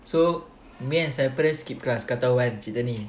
so me and cyprus skip class kau tahu kan cerita ni